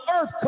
earth